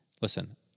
listen